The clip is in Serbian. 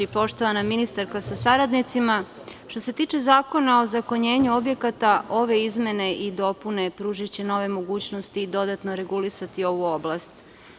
Poštovana ministarko sa saradnicima, što se tiče Zakona o ozakonjenju objekata, ove izmene i dopune pružiće nove mogućnosti i dodatno regulisati ovu oblast.